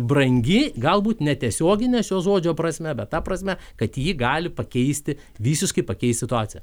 brangi galbūt ne tiesiogine šio žodžio prasme bet ta prasme kad ji gali pakeisti visiškai pakeis situaciją